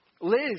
Liz